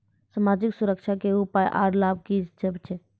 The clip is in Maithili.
समाजिक सुरक्षा के उपाय आर लाभ की सभ छै?